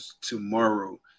tomorrow